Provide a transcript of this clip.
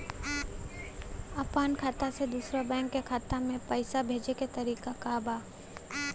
अपना खाता से दूसरा बैंक के खाता में पैसा भेजे के तरीका का बा?